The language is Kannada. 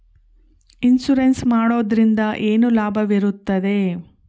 ಇನ್ಸೂರೆನ್ಸ್ ಮಾಡೋದ್ರಿಂದ ಏನು ಲಾಭವಿರುತ್ತದೆ?